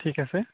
ঠিক আছে